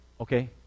Okay